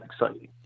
exciting